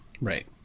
Right